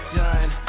done